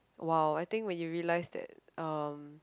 !wow! I think when you realize that um